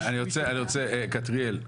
כתריאל,